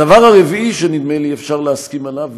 הדבר הרביעי שנדמה לי שאפשר להסכים עליו,